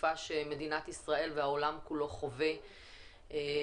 התקופה שמדינת ישראל והעולם כולו חווה בקורונה.